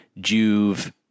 juve